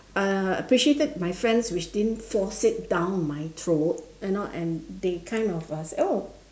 uh appreciated my friends which didn't force it down my throat and you know and they kind of uh say oh